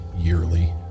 yearly